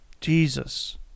Jesus